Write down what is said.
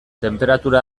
tenperatura